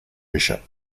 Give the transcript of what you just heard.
bishop